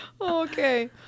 Okay